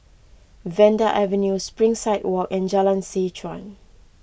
Vanda Avenue Springside Walk and Jalan Seh Chuan